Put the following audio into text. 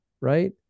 right